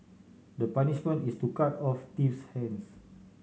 the punishment is to cut off thief's hands